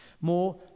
more